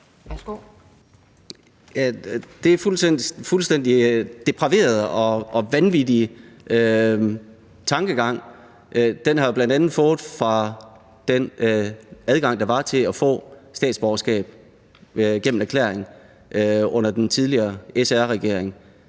Den her fuldstændig depraverede og vanvittige tankegang har jeg jo bl.a. fået fra den adgang, der var, til at få statsborgerskab gennem erklæring under den tidligere SR-regering.